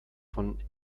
von